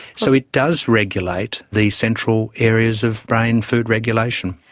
so it does regulate these central areas of brain food regulation.